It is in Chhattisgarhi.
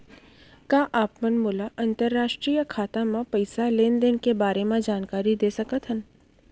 का आप मन मोला अंतरराष्ट्रीय खाता म पइसा लेन देन के बारे म जानकारी दे सकथव?